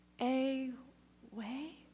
A-way